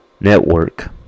network